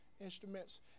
instruments